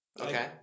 Okay